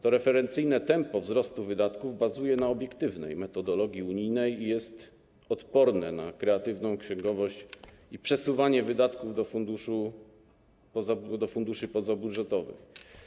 To referencyjne tempo wzrostu wydatków bazuje na obiektywnej metodologii unijnej i jest odporne na kreatywną księgowość i przesuwanie wydatków do funduszy pozabudżetowych.